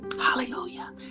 Hallelujah